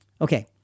Okay